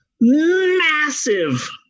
massive